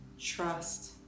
trust